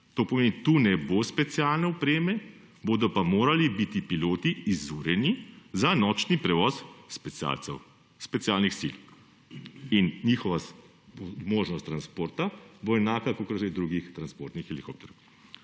To pomeni, da tu ne bo specialne opreme, bodo pa morali biti piloti izurjeni za nočni prevoz specialcev, specialnih sil. Njihova možnost transporta bo enaka, kakor zdaj drugih transportnih helikopterjev.